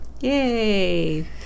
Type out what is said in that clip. Yay